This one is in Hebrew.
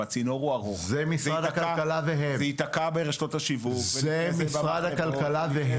הצינור הוא ארוך ויתקע ברשתות השיווק --- זה משרד הכלכלה והם,